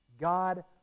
God